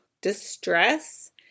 distress